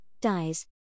dies